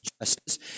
justice